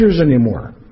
anymore